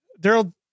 Daryl